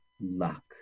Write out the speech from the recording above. Luck